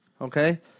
okay